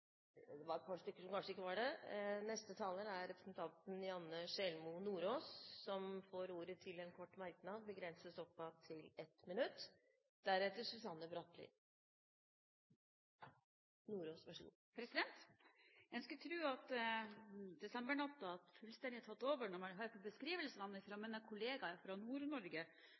Neste taler er representanten Janne Sjelmo Nordås, som har hatt ordet to ganger tidligere og får ordet til en kort merknad, begrenset til 1 minutt. En skulle tro at desembernatten fullstendig hadde tatt over når en hører beskrivelsene fra mine kolleger fra